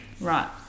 right